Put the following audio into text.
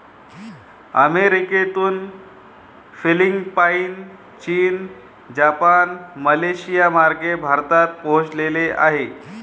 अमेरिकेतून फिलिपाईन, चीन, जपान, मलेशियामार्गे भारतात पोहोचले आहे